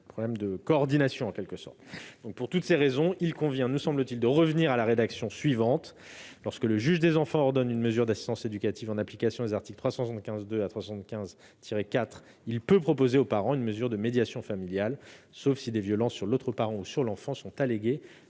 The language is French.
problème de coordination. Pour toutes ces raisons, il convient, nous semble-t-il, de revenir à la rédaction suivante :« Lorsque le juge des enfants ordonne une mesure d'assistance éducative en application des articles 375-2 à 375-4, il peut proposer aux parents une mesure de médiation familiale, sauf si des violences sur l'autre parent ou sur l'enfant sont alléguées